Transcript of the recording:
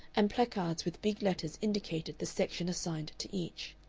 and placards with big letters indicated the section assigned to each.